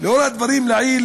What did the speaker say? לאור הדברים לעיל,